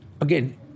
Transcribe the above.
again